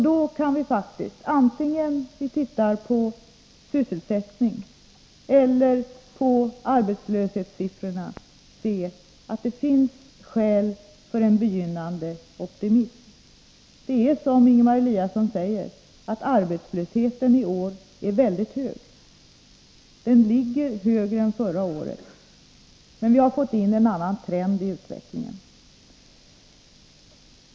Då kan vi faktiskt, vare sig vi tittar på sysselsättningen eller på arbetslöshetssiffrorna, se att det finns skäl för en begynnande optimism. Det är som Ingemar Eliasson säger — att arbetslösheten i år är väldigt hög, högre än förra året. Men vi har fått en annan trend i utvecklingen.